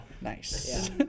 Nice